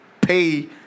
pay